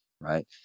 right